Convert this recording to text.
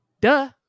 duh